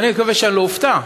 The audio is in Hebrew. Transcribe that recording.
ואני מקווה שאני לא אופתע,